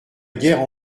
guerre